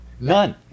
none